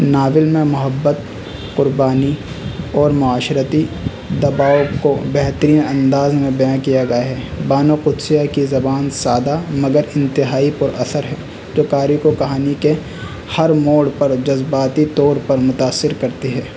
novel میں محبت قربانی اور معاشرتی دباؤ کو بہترین انداز میں بیاں کیا گیا ہے بانو قدسیہ کی زبان سادہ مگر انتہائی پر اثر ہے جو قاری کو کہانی کے ہر موڑ پر جذباتی طور پر متأثر کرتی ہے